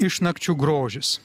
išnakčių grožis